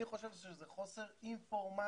אני חושב שזה חוסר אינפורמציה,